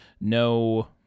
no